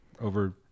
over